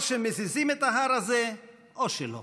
או שמזיזים את ההר הזה או שלא.